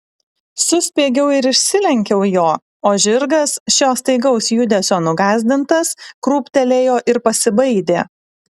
suspiegiau ir išsilenkiau jo o žirgas šio staigaus judesio nugąsdintas krūptelėjo ir pasibaidė